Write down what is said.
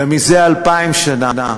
וזה 2,000 שנה,